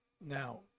Now